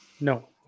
No